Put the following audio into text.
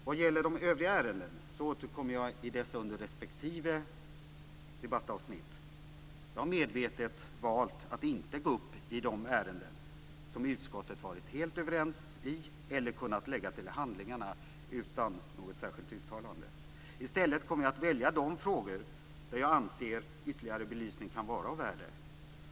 Vad gäller de övriga ärendena återkommer jag under respektive debattavsnitt. Jag väljer medvetet att inte gå upp i de ärenden där utskottet varit helt överens eller som kunnat läggas till handlingarna utan något särskilt uttalande. I stället kommer jag att välja de frågor där jag anser att ytterligare belysning kan vara av värde.